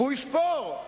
והוא יספור: